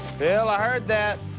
phil, i heard that.